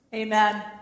Amen